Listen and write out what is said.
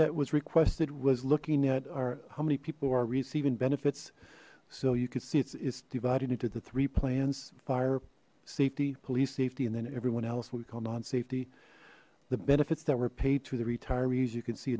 that was requested was looking at our how many people are receiving benefits so you could see it's is divided into the three plans fire safety police safety and then everyone else what we call non safety the benefits that were paid to the retirees you c